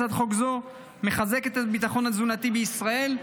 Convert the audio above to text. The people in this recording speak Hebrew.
הצעת חוק זו מחזקת את הביטחון התזונתי בישראל,